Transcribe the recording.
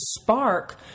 spark